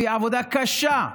והיא עבודה קשה,